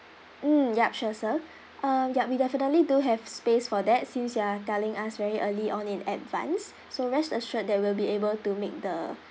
mm yup sure sir uh yup we definitely do have space for that since you are telling us very early on in advance so rest assured that will be able to make the